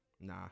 Nah